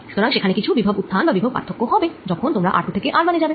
সুতরাং সেখানে কিছু বিভব উত্থান বা বিভব পার্থক্য হবে যখন তোমরা r2 থেকে r1 এ যাবে